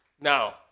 Now